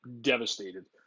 devastated